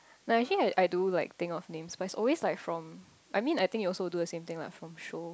no actually like I I do like think of names but it's always like from I mean I think you will also do the same thing lah like from show